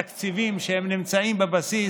תקציבים שנמצאים בבסיס,